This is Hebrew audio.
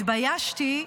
התביישתי,